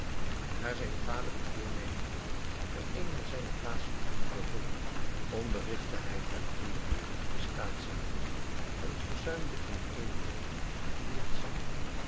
daar zijn vader het voornemen had hem eenmaal zijne plaats te doen vervullen onderrigtte hij hem in de moeijelijkste staatszaken en verzuimde in één woord niets